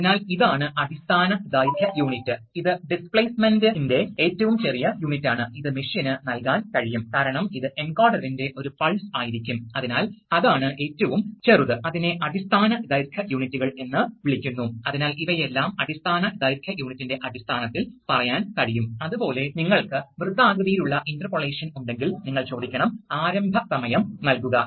അതിനാൽ കാണിക്കാത്തത് സ്ഥിരമായ ഉയർന്ന മർദ്ദമുള്ള ഒരു പൈലറ്റ് മർദ്ദ സ്രോതസ്സും ഉണ്ട് ഇപ്പോൾ നോസലിന്റെ സ്ഥാനം മാറ്റുന്നതിലൂടെ എന്താണ് സംഭവിക്കുന്നതെന്ന് കാണുക ഈ നോസൽ വളരെ അകലെയാണെങ്കിൽ ഈ പൈലറ്റ് മർദ്ദം ഇവിടെ നിന്ന് പുറത്തുപോയി അന്തരീക്ഷത്തിലേക്ക് പോകും